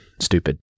stupid